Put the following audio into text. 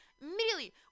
immediately